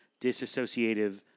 disassociative